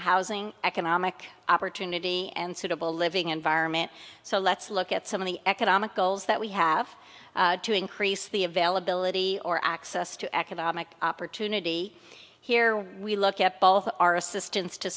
housing economic opportunity and suitable living environment so let's look at some of the economic goals that we have to increase the availability or access to economic opportunity here we look at both our assistance to